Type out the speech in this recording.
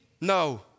no